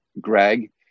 Greg